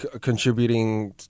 contributing